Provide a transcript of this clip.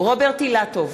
רוברט אילטוב,